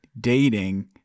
dating